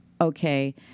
okay